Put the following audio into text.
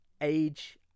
age